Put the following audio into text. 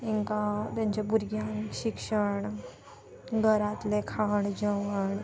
तांकां तेंच्या भुरग्यांक शिक्षण घरांतलें खाण जेवण